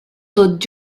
tot